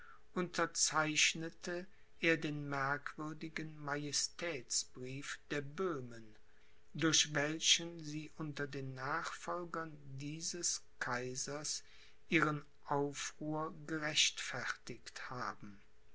unterzeichnete er den merkwürdigen majestätsbrief der böhmen durch welchen sie unter den nachfolgern dieses kaisers ihren aufruhr gerechtfertigt haben